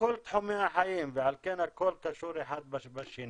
בכל תחומי החיים, ועל כן הכול קשור אחד בשני.